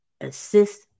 assist